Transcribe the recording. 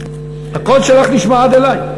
הקול שלך נשמע עד אלי.